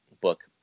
book